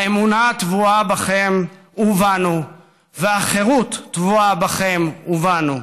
האמונה הטבועה בכם ובנו והחירות טבועה בכם ובנו.